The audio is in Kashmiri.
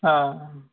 آ